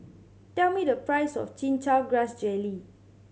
tell me the price of Chin Chow Grass Jelly